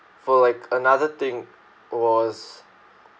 for like another thing was